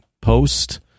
post